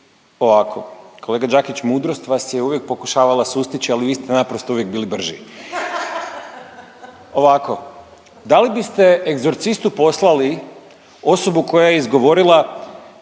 ovako. Kolega Đakić mudrost vas je uvijek pokušavala sustići ali vi ste naprosto uvijek bili brži. Ovako, da li bi ste egzorcistu poslali osobu koja je izgovorila